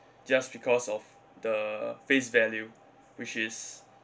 just because of the face value which is